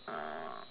uh